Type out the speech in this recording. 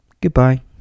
goodbye